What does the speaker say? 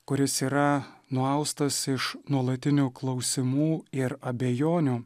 kuris yra nuaustas iš nuolatinių klausimų ir abejonių